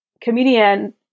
comedian